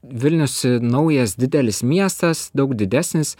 vilnius naujas didelis miestas daug didesnis